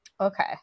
Okay